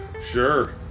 Sure